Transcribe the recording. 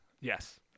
Yes